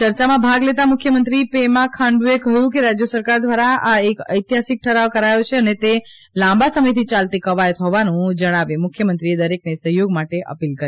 ચર્ચામાં ભાગ લેતાં મુખ્યમંત્રી પેમા ખાંડુએ કહ્યું કે રાજ્ય સરકાર દ્વારા આ એક ઐતિહાસિક ઠરાવ કરાયો છે અને તે લાંબા સમયથી યાલતી કવાયત હોવાનું જણાવી મુખ્યમંત્રીએ દરેકને સહયોગ માટે અપીલ કરી